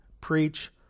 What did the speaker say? preach